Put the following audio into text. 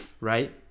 right